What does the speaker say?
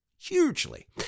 hugely